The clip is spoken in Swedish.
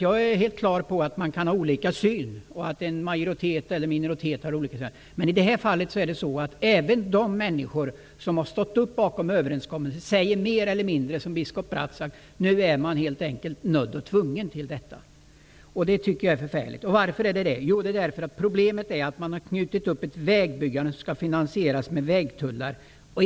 Jag är helt klar över att en majoritet eller minoritet kan ha olika syn. Men i det här fallet handlar det om att även de människor som har stått bakom överenskommelsen mer eller mindre säger som biskop Brask, att man helt enkelt nu är nödd och tvungen till detta. Detta tycker jag är förfärligt. Varför är det då det? Jo, därför att problemet är att man har knutit upp ett vägbyggande som skall finansieras med vägtullar.